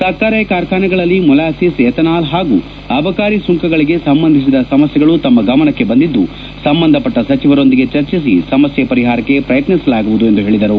ಸಕ್ಕರೆ ಕಾರ್ಖಾನೆಗಳಲ್ಲಿ molasses ethanol ಹಾಗೂ ಅಬಕಾರಿ ಸುಂಕಗಳಿಗೆ ಸಂಬಂಧಿಸಿದ ಸಮಸ್ಯೆಗಳು ತಮ್ಮ ಗಮನಕ್ಕೆ ಬಂದಿದ್ದು ಸಂಬಂಧಪಟ್ವ ಸಚಿವರೊಂದಿಗೆ ಚರ್ಚಿಸಿ ಸಮಸ್ಯೆ ಪರಿಹಾರಕ್ಕೆ ಪ್ರಯತ್ನಿ ಸಲಾಗುವುದು ಎಂದು ಹೇಳಿದರು